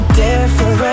different